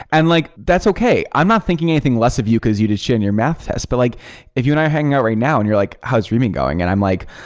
and like that's okay. i'm not thinking anything less of you because you just cheated in your math test. but like if you and i are hanging out right now and you're like, how is readme and going? and i'm like,